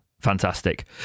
fantastic